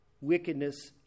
wickedness